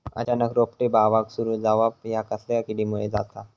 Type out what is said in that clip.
अचानक रोपटे बावाक सुरू जवाप हया कसल्या किडीमुळे जाता?